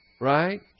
Right